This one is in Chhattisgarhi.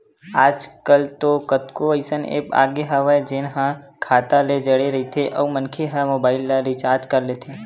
आजकल तो कतको अइसन ऐप आगे हवय जेन ह खाता ले जड़े रहिथे अउ मनखे ह मोबाईल ल रिचार्ज कर लेथे